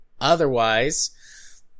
otherwise